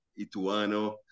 Ituano